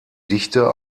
dichte